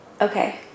okay